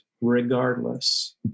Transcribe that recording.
regardless